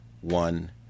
one